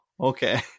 okay